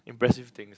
impressive things